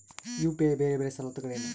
UPI ಬೇರೆ ಬೇರೆ ಸವಲತ್ತುಗಳೇನು?